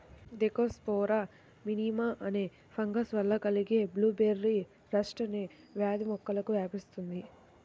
Thekopsora minima అనే fungus వల్ల కలిగే బ్లూబెర్రీ రస్ట్ అనే వ్యాధి మొక్కలకు వ్యాపిస్తుంది